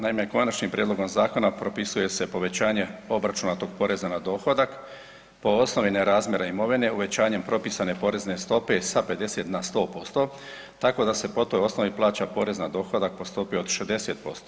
Naime, konačnim prijedlogom zakona propisuje se povećanje obračunatog poreza na dohodak po osnovi nerazmjera imovine uvećanjem propisane porezne stope sa 50 na 100%, tako da se po toj osnovi plaća porez na dohodak po stopi od 60%